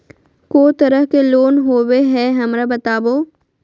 को तरह के लोन होवे हय, हमरा बताबो?